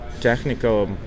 technical